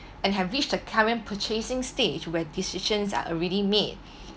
and have reached a current purchasing stage where decisions are already made